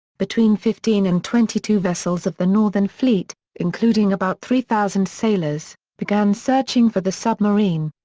between fifteen and twenty-two vessels of the northern fleet, including about three thousand sailors, began searching for the submarine.